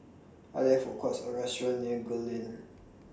Are There Food Courts Or restaurants near Gul Lane